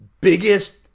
biggest